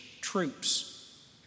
troops